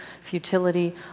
futility